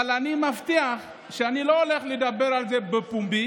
אבל אני מבטיח שאני לא הולך לדבר על זה בפומבי,